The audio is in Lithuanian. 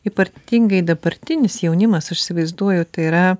ypatingai dabartinis jaunimas aš įsivaizduoju tai yra